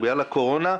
בגלל הקורונה,